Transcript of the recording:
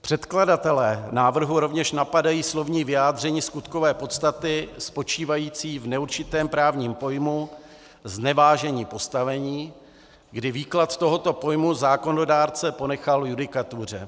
Předkladatelé návrhu rovně napadají slovní vyjádření skutkové podstaty spočívající v neurčitém právním pojmu znevážení postavením, kdy výklad tohoto pojmu zákonodárce ponechal judikatuře.